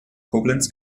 koblenz